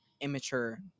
immature